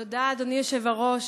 תודה, אדוני היושב-ראש.